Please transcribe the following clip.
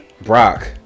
Brock